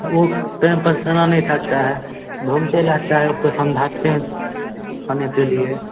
वो ट टैम पर खाना नहीं खाता है घूमते रहता है उसको समझाते हैं खाने के लिए